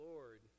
Lord